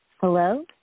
Hello